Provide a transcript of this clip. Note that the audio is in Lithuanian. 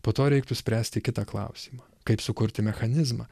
po to reiktų spręsti kitą klausimą kaip sukurti mechanizmą